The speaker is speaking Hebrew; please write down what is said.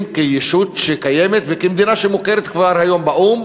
כישות שקיימת וכמדינה שמוכרת כבר היום באו"ם.